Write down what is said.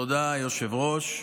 תודה, היושב-ראש.